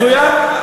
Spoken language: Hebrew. מצוין.